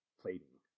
plating